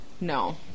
No